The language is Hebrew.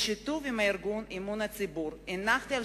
בשיתוף עם ארגון "אמון הציבור" הנחתי על